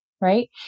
right